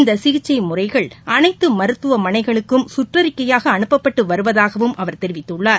இந்த சிகிச்சை முறைகள் அனைத்து மருத்துவமனைகளுக்கும் சுற்றறிக்கையாக அனுப்பப்பட்டு வருவதாகவும் அவர் தெரிவித்துள்ளார்